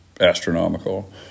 astronomical